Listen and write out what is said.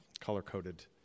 color-coded